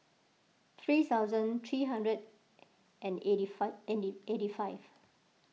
three thousand three hundred and eighty five and eighty five